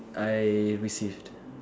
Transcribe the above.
I received